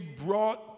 brought